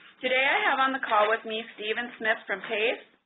today i have on the call with me steven smith from taese,